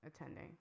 attending